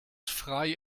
frei